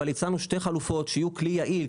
אבל הצענו שתי חלופות שיהיו כלי יעיל,